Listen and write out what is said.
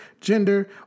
gender